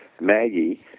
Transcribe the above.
Maggie